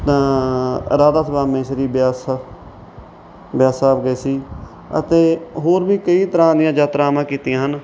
ਤਾਂ ਰਾਧਾ ਸੁਆਮੀ ਸ਼੍ਰੀ ਬਿਆਸ ਬਿਆਸ ਸਾਹਿਬ ਗਏ ਸੀ ਅਤੇ ਹੋਰ ਵੀ ਕਈ ਤਰ੍ਹਾਂ ਦੀਆਂ ਯਾਤਰਾਵਾਂ ਕੀਤੀਆਂ ਹਨ